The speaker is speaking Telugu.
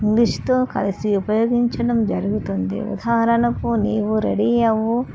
ఇంగ్లీష్తో కలిసి ఉపయోగించడం జరుగుతుంది ఉదాహరణకు నీవు రెడీ అవ్వు